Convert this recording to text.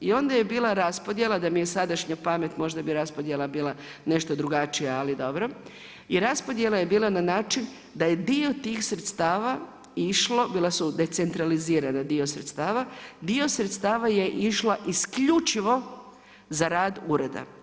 I onda je bila raspodjela da mi je sadašnja pamet, možda bi raspodjela bila nešto drugačija ali dobro i raspodjela je bila na način da je dio tih sredstava išlo, bila su decentralizirana, dio sredstava, dio sredstava je išla isključivo za rad ureda.